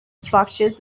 structures